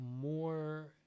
more